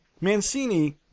Mancini